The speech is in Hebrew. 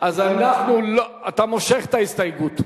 אז אנחנו לא, אתה מושך את ההסתייגות.